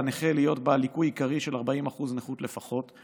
על הנכה להיות בעל ליקוי עיקרי של 40% נכות לפחות,